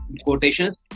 quotations